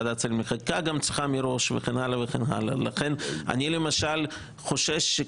אני חושש,